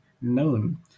known